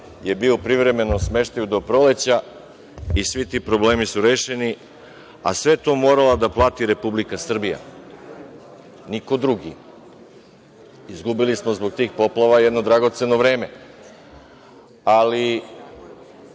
je bio u privrednom smeštaju do proleća i svi ti problemi su rešeni, a sve je to morala da plati Republika Srbija, niko drugi. Izgubili smo zbog tih poplava jedno dragoceno vreme, ali